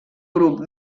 grup